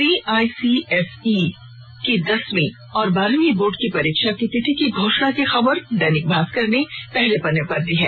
CICSE की दसवीं और बारहवीं बोर्ड परीक्षा की तिथि की घोषणा की खबर को दैनिक भास्कर ने पहले पन्ने पर जगह दी है